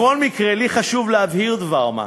בכל מקרה, לי חשוב להבהיר דבר-מה: